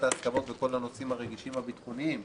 ההסכמות בכל הנושאים הביטחוניים הרגישים,